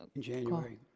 in january.